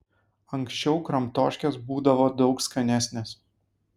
anksčiau kramtoškės būdavo daug skanesnės